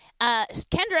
Kendra